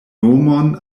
nomon